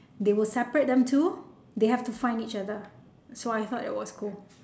they will separate them too they have to find each other so I thought that was cool